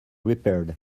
repaired